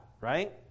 right